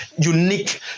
unique